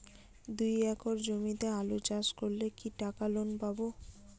দুই একর জমিতে আলু চাষ করলে কি টাকা লোন পাবো?